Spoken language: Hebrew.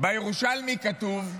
בירושלמי כתוב: